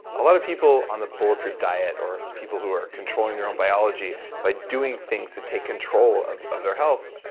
a lot of people on the bulletproof diet, or people who are controlling their own biology by doing things to take control of of their health,